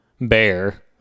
bear